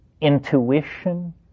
intuition